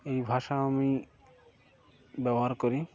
এই ভাষা আমি ব্যবহার করি